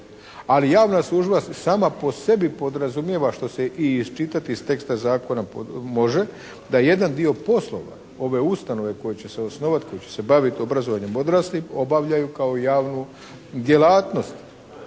Ali javna služba sama po sebi podrazumijeva što se i iščitati iz teksta zakona može da jedan dio poslova ove ustanove koja će se osnovati, koja će se baviti obrazovanjem odraslih obavljaju kao javnu djelatnost